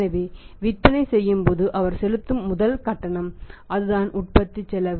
எனவே விற்பனை செய்யும்போது அவர் செலுத்தும் முதல் கட்டணம் அதுதான் உற்பத்தி செலவு